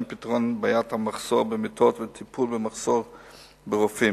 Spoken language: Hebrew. פתרון בעיית המחסור במיטות וטיפול במחסור ברופאים.